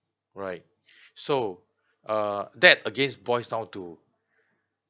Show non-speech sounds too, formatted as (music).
right (breath) so uh that again boils down to